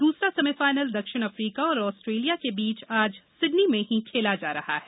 दूसरा सेमीफाइनल दक्षिण अफ्रीका और ऑस्ट्रेलिया के बीच आज सिडनी में ही खेला जा रहा है